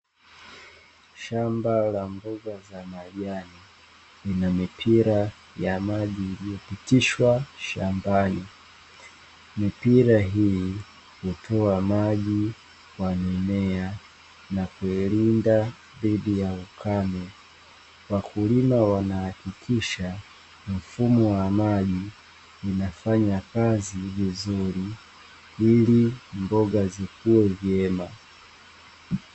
Shamba la mboga za majani lina mipira ya maji imepitishwa shambani, mipira hii hutoa maji kwa ajili ya kuiilinda dhidi ya ukame, wakulima wanahakikisha mfumo wa maji inafanya kazi vizuri ili mboga zikue vyema.